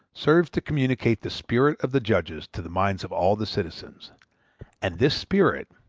serves to communicate the spirit of the judges to the minds of all the citizens and this spirit,